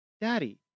Daddy